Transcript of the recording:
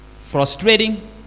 frustrating